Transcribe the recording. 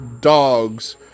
dogs